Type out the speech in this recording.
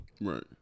Right